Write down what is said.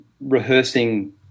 rehearsing